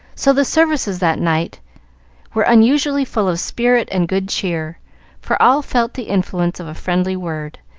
so the services that night were unusually full of spirit and good cheer for all felt the influence of a friendly word,